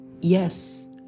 Yes